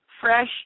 fresh